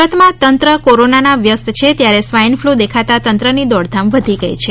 સુરતમાં તંત્ર કોરોનામાં વ્યસ્ત છે ત્યારે સ્વાઇન ફ્લ્ દેખાતા તંત્રની દોડધામ વધી ગઇ છે